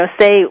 say